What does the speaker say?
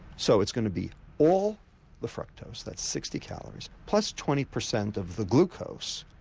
so it's going to be all the fructose, that's sixty calories, plus twenty percent of the glucose,